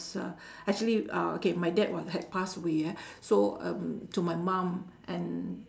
uh actually uh okay my dad w~ had passed away ah so um to my mum and